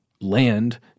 land